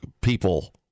people